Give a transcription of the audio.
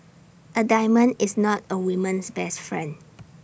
A diamond is not A woman's best friend